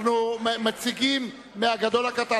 מציגים מהגדול לקטן.